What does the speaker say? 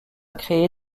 créer